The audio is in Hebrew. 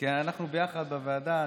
כי אנחנו ביחד, בוועדה,